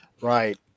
Right